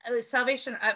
salvation